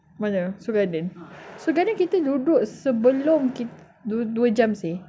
mana Seoul Garden Seoul Garden kita duduk sebelum dua jam seh